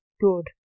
Good